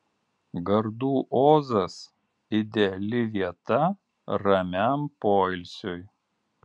gardų ozas ideali vieta ramiam poilsiui